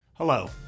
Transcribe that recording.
Hello